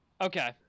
Okay